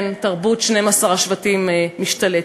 כן, תרבות 12 השבטים משתלטת.